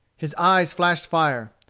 his eyes flashed fire.